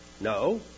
No